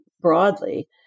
broadly